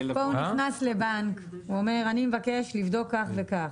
כאן הוא נכנס לבנק ואומר שהוא מבקש לבדוק כך וכך.